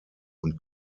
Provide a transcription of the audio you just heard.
und